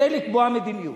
כדי לקבוע מדיניות.